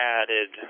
added